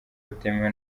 butemewe